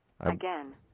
Again